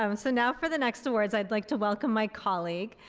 um so now for the next awards i'd like to welcome my colleague,